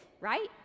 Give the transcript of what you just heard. right